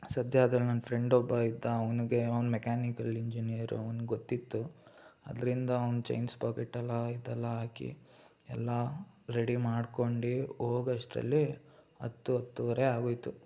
ಸದ್ಯ ಅದ್ರಲ್ಲಿ ನನ್ನ ಫ್ರೆಂಡ್ ಒಬ್ಬ ಇದ್ದ ಅವನಿಗೆ ಅವ್ನು ಮೆಕ್ಯಾನಿಕಲ್ ಇಂಜಿನಿಯರ್ ಅವ್ನಿಗೆ ಗೊತ್ತಿತ್ತು ಆದ್ರಿಂದ ಅವ್ನು ಚೈನ್ ಸ್ಪೋಕೆಟೆಲ್ಲ ಇದೆಲ್ಲ ಹಾಕಿ ಎಲ್ಲ ರೆಡಿ ಮಾಡ್ಕೊಂಡು ಹೋಗೊಷ್ಟರಲ್ಲಿ ಹತ್ತು ಹತ್ತೂವರೆ ಆಗೋಯ್ತು